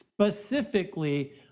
specifically